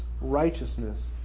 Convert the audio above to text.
righteousness